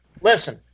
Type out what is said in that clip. listen